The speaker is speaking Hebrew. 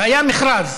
והיה מכרז.